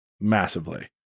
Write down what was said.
massively